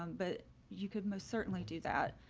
um but you could most certainly do that.